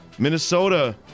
Minnesota